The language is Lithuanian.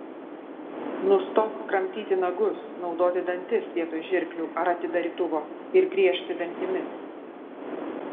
nustok kramtyti nagus naudoti dantis vietoj žirklių ar atidarytuvo ir griežti dantimis